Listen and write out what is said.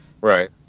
right